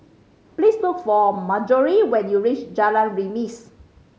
please look for Marjory when you reach Jalan Remis